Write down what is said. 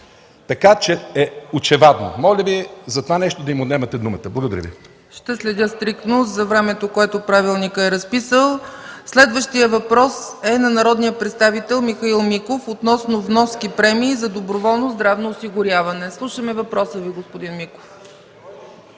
и то очевадно. Моля Ви за това нещо да им отнемате думата. Благодаря Ви. ПРЕДСЕДАТЕЛ ЦЕЦКА ЦАЧЕВА: Ще следя стриктно за времето, което Правилникът е разписал. Следващият въпрос е на народния представител Михаил Миков – относно вноски/премии за доброволно здравно осигуряване. Слушаме въпроса Ви, господин Миков.